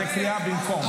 זאת קריאה במקום.